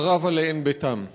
חרב עליהן ביתן,